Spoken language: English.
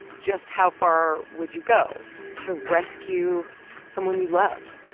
just how far would you go to rescue someone you love,